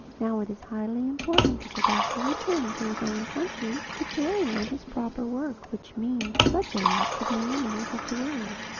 now it is highly important that the doctor return to his own country to carry on his proper work which means such a lot to the animals of the world.